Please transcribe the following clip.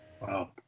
Wow